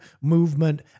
movement